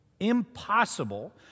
impossible